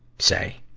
say.